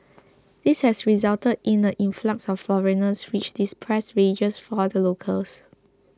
this has resulted in the influx of foreigners which depressed wages for the locals